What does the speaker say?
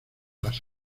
las